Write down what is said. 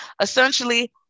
Essentially